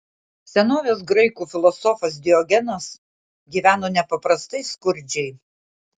senovės graikų filosofas diogenas gyveno nepaprastai skurdžiai